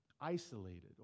isolated